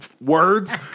Words